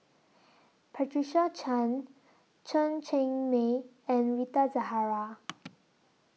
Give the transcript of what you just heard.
Patricia Chan Chen Cheng Mei and Rita Zahara